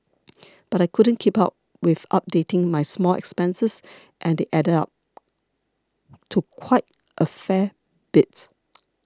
but I couldn't keep up with updating my small expenses and they added up to quite a fair bit